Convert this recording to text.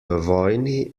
vojni